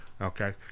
Okay